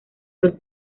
dos